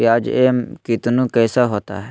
प्याज एम कितनु कैसा होता है?